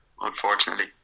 unfortunately